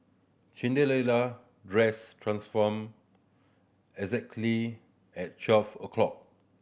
Cinderella dress transformed exactly at twelve o' clock